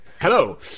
Hello